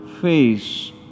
face